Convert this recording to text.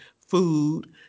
food